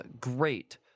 great